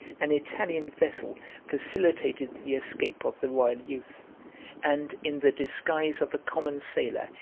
an italian vessel facilitated the escape of the royal youth and, in the disguise of a common sailor,